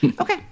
Okay